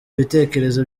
bitekerezo